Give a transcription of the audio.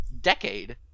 decade